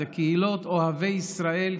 אלה קהילות של אוהבי ישראל,